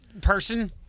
person